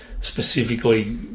specifically